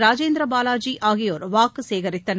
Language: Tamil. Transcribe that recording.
ராஜேந்திர பாவாஜி ஆகியோர் வாக்கு சேகரித்தனர்